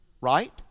right